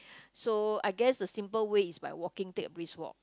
so I guess a simple way is by walking take a brisk walk